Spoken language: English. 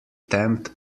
tempt